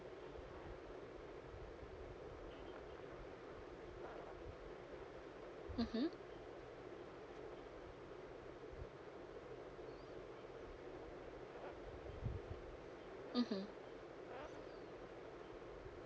mmhmm mmhmm